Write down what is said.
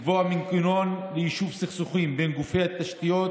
לקבוע מנגנון ליישוב סכסוכים בין גופי התשתיות